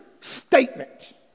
statement